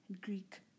Greek